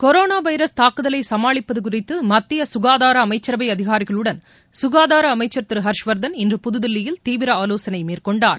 corona virus தாக்குதலை சுமாளிப்பது குறித்து மத்திய சுகாதார அமைச்சரவை அதிகாரிகளுடன் ககாதார அமைச்சர் திரு ஹர்ஷவர்தன் இன்று புது தில்லியில் தீவிர ஆலோசனை மேற்கொண்டார்